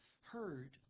heard